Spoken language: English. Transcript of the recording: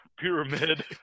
pyramid